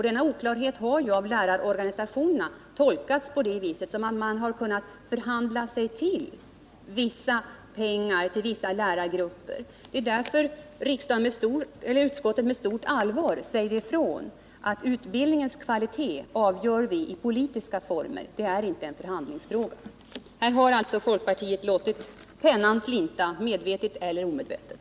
Denna oklarhet har av lärarorganisationerna tolkats så att man kan förhandla sig till pengar till vissa lärargrupper. Det är därför utskottet med stort allvar uttalar att utbildningens kvalitet avgörs i politiska former. Det är inte en förhandlingsfråga. Här har alltså folkpartiet låtit pennan slinta, medvetet eller omedvetet.